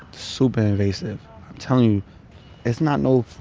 super invasive. i'm telling you it's not no.